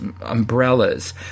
umbrellas